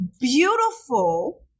beautiful